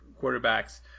quarterbacks